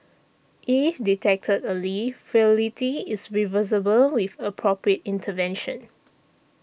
if detected early frailty is reversible with appropriate intervention